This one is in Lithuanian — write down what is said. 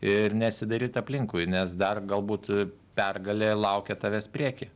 ir nesidairyt aplinkui nes dar galbūt pergalė laukia tavęs prieky